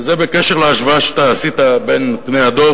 וזה בקשר להשוואה שאתה עשית בין פני הדור